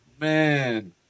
Man